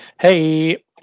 Hey